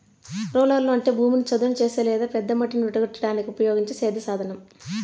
రోలర్లు అంటే భూమిని చదును చేసే లేదా పెద్ద మట్టిని విడగొట్టడానికి ఉపయోగించే సేద్య సాధనం